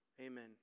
Amen